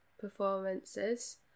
performances